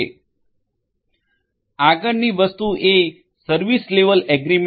આગળની વસ્તુ એ સર્વિસ લેવલ એગ્રીમેન્ટ છે